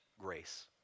grace